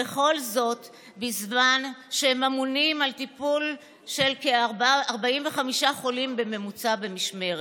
וכל זאת בזמן שהם אמונים על טיפול של כ-45 חולים בממוצע במשמרת.